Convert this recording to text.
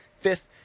fifth